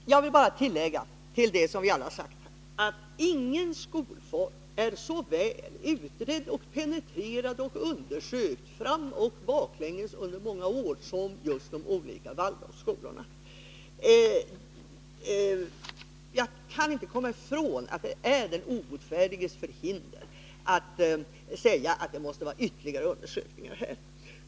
Herr talman! Jag vill bara tillägga till det som vi alla har sagt, att ingen skolform är så väl utredd, penetrerad och undersökt framoch baklänges under många år som just de olika Waldorfskolorna. Jag kan inte komma ifrån att det är den obotfärdiges förhinder att säga att det måste vara ytterligare undersökningar.